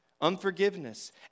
Unforgiveness